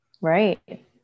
Right